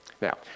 Now